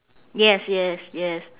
yes yes yes